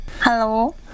Hello